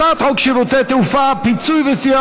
הצעת חוק שירותי תעופה (פיצוי וסיוע